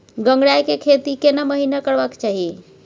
गंगराय के खेती केना महिना करबा के चाही?